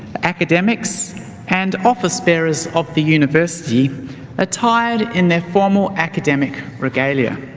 academics and office bearers of the university attired in their formal academic regalia.